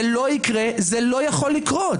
זה לא יקרה, זה לא יכול לקרות.